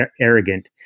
arrogant